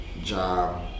job